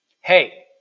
hey